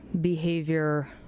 behavior